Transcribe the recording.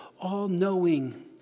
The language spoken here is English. all-knowing